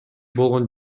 болгон